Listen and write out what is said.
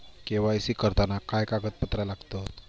KYC करताना काय कागदपत्रा लागतत?